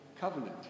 covenant